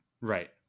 Right